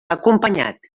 acompanyat